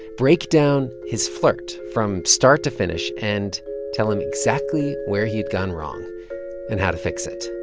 break down his flirt from start to finish and tell him exactly where he'd gone wrong and how to fix it.